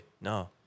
No